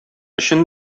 өчен